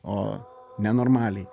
o nenormaliai